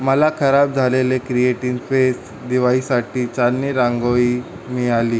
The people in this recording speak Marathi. मला खराब झालेले क्रिएटिव स्पेस दिवाळीसाठी चान्नी रांगोळी मिळाली